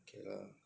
okay lah